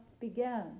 began